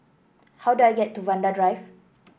how do I get to Vanda Drive